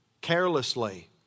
carelessly